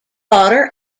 daughter